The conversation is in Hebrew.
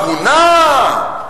הגונה,